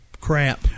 crap